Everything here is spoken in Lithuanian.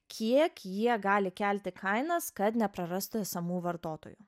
kiek jie gali kelti kainas kad neprarastų esamų vartotojų